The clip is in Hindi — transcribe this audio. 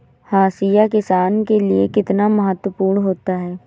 हाशिया किसान के लिए कितना महत्वपूर्ण होता है?